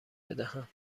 بدهم